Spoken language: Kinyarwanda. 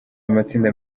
amatsinda